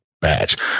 batch